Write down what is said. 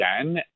again